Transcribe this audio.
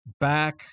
back